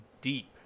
deep